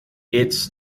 its